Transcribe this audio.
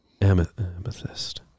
amethyst